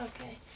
Okay